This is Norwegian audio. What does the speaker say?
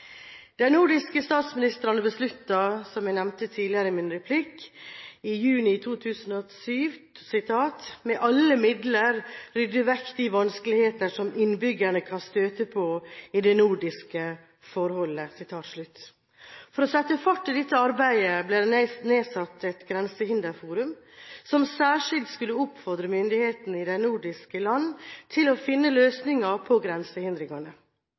de nordiske lands parlamenter. De nordiske statsministrene besluttet – som jeg nevnte tidligere i min replikk – i juni 2007 å «med alle midler rydde vekk de vanskeligheter som innbyggerne kan støte på i det nordiske forholdet». For å sette fart i dette arbeidet ble det nedsatt et grensehinderforum som særskilt skulle oppfordre myndigheter i de nordiske land til å finne løsninger